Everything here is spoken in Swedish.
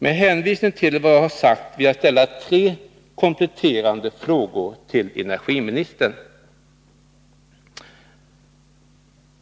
Med hänvisning till vad jag nu har sagt vill jag ställa tre kompletterande frågor till energiministern: 1.